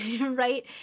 right